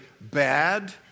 bad